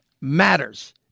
matters